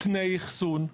תנאי אחסון,